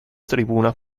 tribuna